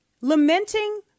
Lamenting